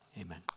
Amen